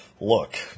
look